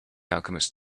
alchemist